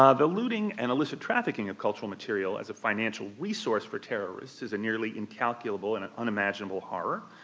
um the looting and illicit trafficking of cultural material as a financial resource for terrorists is a nearly incalculable and an unimaginable horror.